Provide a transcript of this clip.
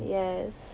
yes